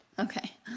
Okay